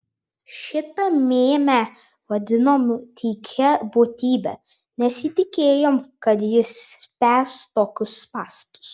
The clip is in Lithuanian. šitą mėmę vadinom tykia būtybe nesitikėjom kad jis spęs tokius spąstus